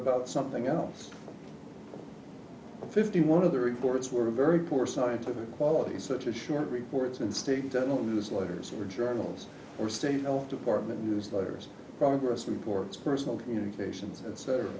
about something else fifty one of the reports were very poor scientific quality such a short reports and state internal newsletters were journals or state department newsletters progress reports personal communication